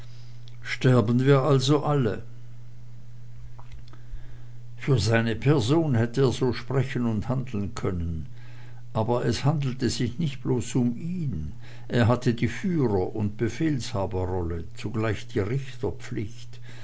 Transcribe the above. sterben wir also alle für seine person hätt er so sprechen und handeln können aber es handelte sich nicht bloß um ihn er hatte die führer und die befehlshaberrolle zugleich die